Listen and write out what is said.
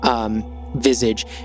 visage